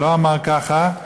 לא אמר ככה,